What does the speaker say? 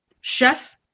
chef